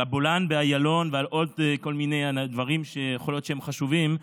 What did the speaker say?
על הבולען באיילון ועל עוד כל מיני דברים שיכול להיות שהם חשובים,